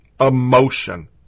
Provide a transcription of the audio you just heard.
emotion